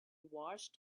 washed